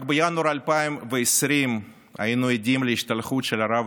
רק בינואר 2020 היינו עדים להשתלחות של הרב